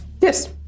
Yes